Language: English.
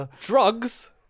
drugs